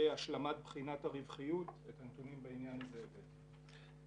השלמת בחינת הרווחיות את הנתונים בעניין הזה הבאתי.